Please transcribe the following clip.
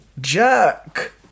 Jerk